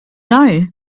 know